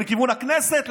לכיוון הכנסת?